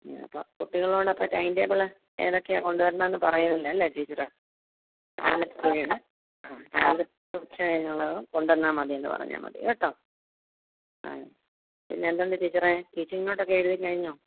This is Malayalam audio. ആ അപ്പോൾ കുട്ടികളോടൊക്കെ ടൈം ടേബിള് ഏതൊക്കെയാ കൊണ്ടുവരേണ്ടത് എന്ന് പറയുമല്ലേ അല്ലേ ടീച്ചറ് ആ ഉച്ച കഴിഞ്ഞുള്ളതും കൊണ്ടുവന്നാൽ മതിയെന്ന് പറഞ്ഞാൽ മതി കേട്ടോ ആ പിന്നെ എന്തുണ്ട് ടീച്ചറെ ടീച്ചിങ്ങ് നോട്ട് ഒക്കെ എഴുതിക്കഴിഞ്ഞോ